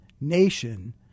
nation